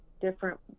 different